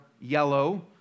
yellow